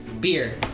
Beer